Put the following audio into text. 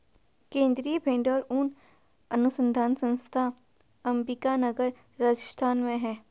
केन्द्रीय भेंड़ और ऊन अनुसंधान संस्थान अम्बिका नगर, राजस्थान में है